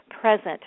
present